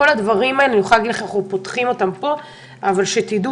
את כל הדברים הללו אנחנו פותחים פה אבל תדעו